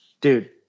Dude